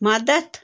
مدتھ